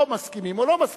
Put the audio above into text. או מסכימים או לא מסכימים.